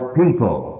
people